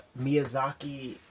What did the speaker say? Miyazaki